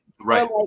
Right